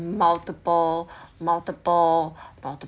multiple multiple